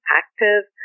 active